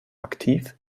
aktiv